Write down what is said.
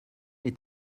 est